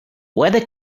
weather